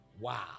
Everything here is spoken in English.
Wow